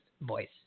voice